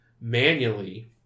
manually